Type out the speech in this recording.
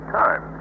time